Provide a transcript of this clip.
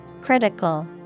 Critical